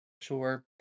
sure